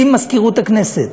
עם מזכירות הכנסת.